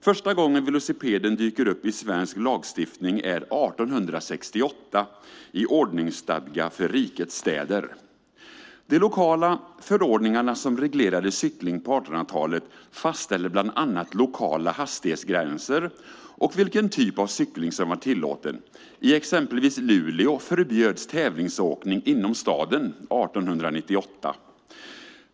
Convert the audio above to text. Första gången velocipeden dyker upp i svensk lagstiftning är 1868 i "ordningsstadga för rikets städer". De lokala förordningarna som reglerade cykling på 1800-talet fastställde bland annat lokala hastighetsgränser och vilken typ av cykling som var tillåten. I exempelvis Luleå förbjöds tävlingsåkning inom staden 1898.